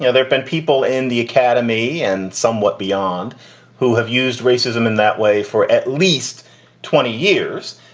yeah there've been people in the academy and somewhat beyond who have used racism in that way for at least twenty years.